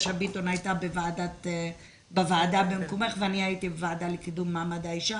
ביטון הייתה בוועדה במקומך ואני הייתי בוועדה לקידום מעמד האישה.